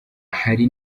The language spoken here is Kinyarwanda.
hari